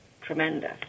tremendous